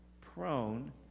prone